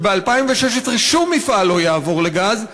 שב-2016 שום מפעל לא יעבור לגז,